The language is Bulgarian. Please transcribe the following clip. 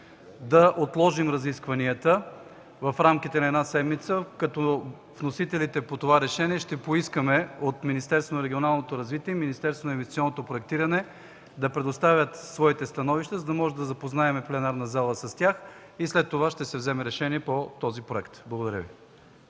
да отложим разискванията в рамките на една седмица, като вносителите по това решение ще поискаме от Министерството на регионалното развитие и Министерството на инвестиционното проектиране да предоставят своите становища, за да може да запознаем пленарната зала с тях и след това ще се вземе решение по този проект. Благодаря Ви.